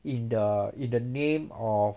in the in the name of